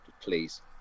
please